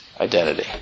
identity